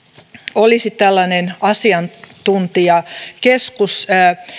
olisi tällainen asiantuntijakeskus